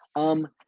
um,